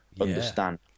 understand